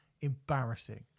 embarrassing